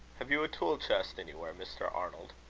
have you a tool-chest anywhere, mr. arnold?